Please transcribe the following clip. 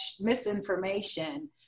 misinformation